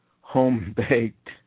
home-baked